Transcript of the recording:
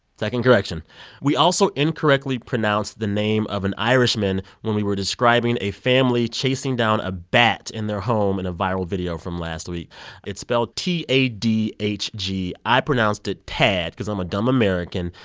second correction we also incorrectly pronounced the name of an irishman when we were describing a family chasing down a bat in their home in a viral video from last week it's spelled t a d h g. i pronounced it tad because i'm a dumb american.